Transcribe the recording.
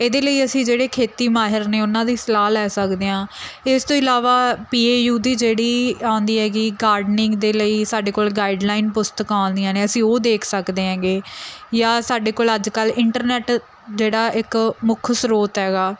ਇਹਦੇ ਲਈ ਅਸੀਂ ਜਿਹੜੇ ਖੇਤੀ ਮਾਹਰ ਨੇ ਉਹਨਾਂ ਦੀ ਸਲਾਹ ਲੈ ਸਕਦੇ ਹਾਂ ਇਸ ਤੋਂ ਇਲਾਵਾ ਪੀ ਏ ਯੂ ਦੀ ਜਿਹੜੀ ਆਉਂਦੀ ਹੈਗੀ ਗਾਰਡਨਿੰਗ ਦੇ ਲਈ ਸਾਡੇ ਕੋਲ ਗਾਈਡਲਾਈਨ ਪੁਸਤਕਾਂ ਆਉਂਦੀਆਂ ਨੇ ਅਸੀਂ ਉਹ ਦੇਖ ਸਕਦੇ ਹੈਗੇ ਜਾਂ ਸਾਡੇ ਕੋਲ ਅੱਜ ਕੱਲ੍ਹ ਇੰਟਰਨੈਟ ਜਿਹੜਾ ਇੱਕ ਮੁੱਖ ਸਰੋਤ ਹੈਗਾ